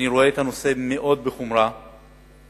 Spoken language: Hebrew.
אני רואה את הנושא בחומרה רבה.